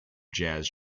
jazz